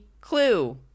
Clue